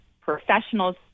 professionals